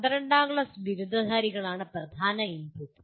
പന്ത്രണ്ടാം ക്ലാസ് ബിരുദധാരികളാണ് പ്രധാന ഇൻപുട്ട്